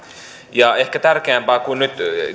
ehkä tärkeämpää kuin nyt